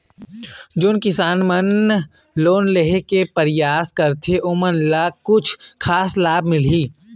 जोन किसान मन लोन लेहे के परयास करथें ओमन ला कछु खास लाभ मिलही?